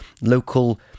local